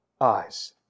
eyes